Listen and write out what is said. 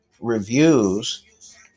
reviews